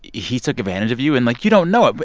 he took advantage of you. and, like, you don't know it,